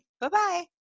Bye-bye